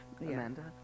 Amanda